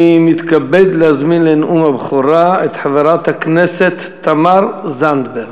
אני מתכבד להזמין לנאום הבכורה את חברת הכנסת תמר זנדברג.